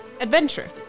adventure